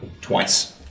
Twice